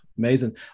amazing